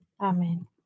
Amen